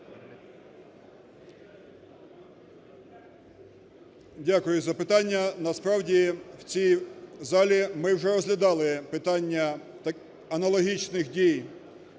Дякую за запитання. Насправді в цій залі ми вже розглядали питання аналогічних дій